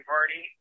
Party